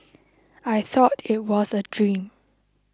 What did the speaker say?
I thought it was a dream